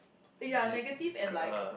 eh ya negative and like